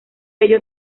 ello